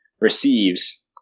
receives